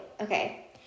Okay